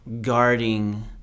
guarding